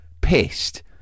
pissed